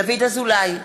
דוד אזולאי,